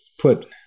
put